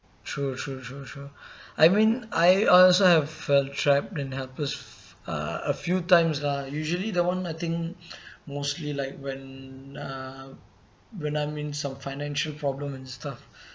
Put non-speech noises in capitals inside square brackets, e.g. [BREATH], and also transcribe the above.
true true true true [BREATH] I mean I I also have felt trapped and helpless uh a few times lah usually that [one] I think [BREATH] mostly like when uh when I'm in some financial problem and stuff [BREATH]